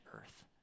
earth